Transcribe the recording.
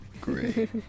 great